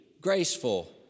graceful